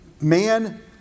man